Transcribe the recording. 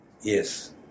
Yes